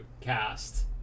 Cast